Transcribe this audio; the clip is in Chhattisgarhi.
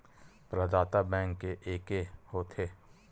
प्रदाता बैंक के एके होथे?